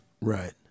right